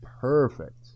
perfect